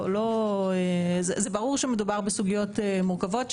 זה ברור שמדובר בסוגיות מורכבות,